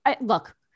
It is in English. look